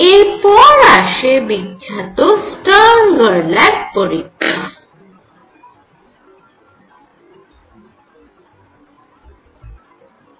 এরপর আসে বিখ্যাত স্টার্ন গারল্যাক পরীক্ষা